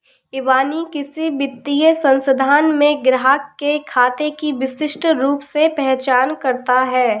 इबानी किसी वित्तीय संस्थान में ग्राहक के खाते की विशिष्ट रूप से पहचान करता है